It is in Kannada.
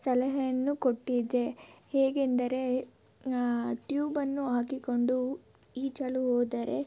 ಸಲಹೆಯನ್ನು ಕೊಟ್ಟಿದ್ದೆ ಹೇಗೆಂದರೆ ಟ್ಯೂಬನ್ನು ಹಾಕಿಕೊಂಡು ಈಜಲು ಹೋದರೆ